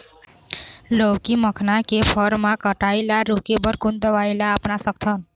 लाउकी मखना के फर मा कढ़ाई ला रोके बर कोन दवई ला अपना सकथन?